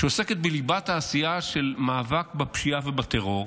שעוסקת בליבת העשייה של המאבק בפשיעה ובטרור,